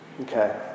Okay